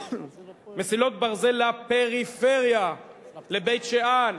מסילות ברזל לפריפריה, לבית-שאן,